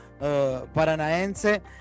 Paranaense